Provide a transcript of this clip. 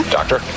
Doctor